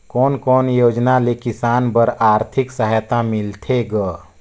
कोन कोन योजना ले किसान बर आरथिक सहायता मिलथे ग?